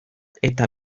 eta